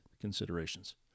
considerations